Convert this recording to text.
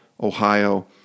Ohio